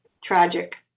tragic